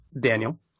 Daniel